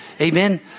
Amen